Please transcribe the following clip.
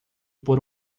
por